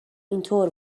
اینطور